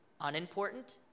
unimportant